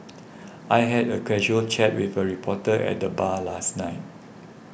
I had a casual chat with a reporter at the bar last night